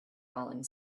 falling